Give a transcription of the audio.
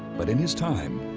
but in his time,